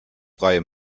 freie